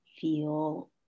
feel